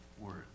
word